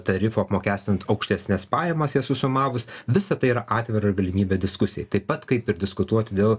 tarifo apmokestint aukštesnes pajamas jas susumavus visa tai yra atvera galimybė diskusijai taip pat kaip ir diskutuoti dėl